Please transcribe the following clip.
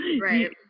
right